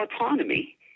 autonomy